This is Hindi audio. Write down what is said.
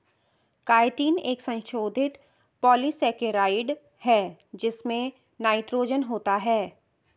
काइटिन एक संशोधित पॉलीसेकेराइड है जिसमें नाइट्रोजन होता है